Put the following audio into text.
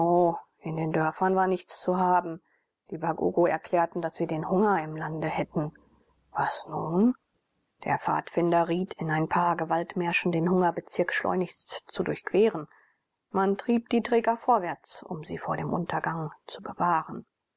in den dörfern war nichts zu haben die wagogo erklärten daß sie den hunger im lande hätten was nun der pfadfinder riet in ein paar gewaltmärschen den hungerbezirk schleunigst zu durchqueren man trieb die träger vorwärts um sie vor dem untergang zu bewahren